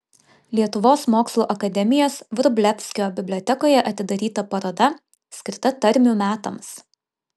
lietuvos mokslų akademijos vrublevskio bibliotekoje atidaryta paroda skirta tarmių metams